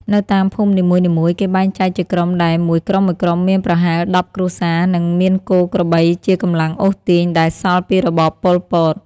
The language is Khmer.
នៅតាមភូមិនីមួយៗ គេបែងចែកជាក្រុមដែលមួយក្រុមៗមានប្រហែល ១០គ្រួសារ និងមានគោ ក្របី ជា កម្លាំងអូសទាញដែលសល់ពីរបប ប៉ុល ពត។